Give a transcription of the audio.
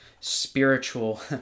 spiritual